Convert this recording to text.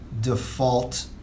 default